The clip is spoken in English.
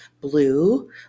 blue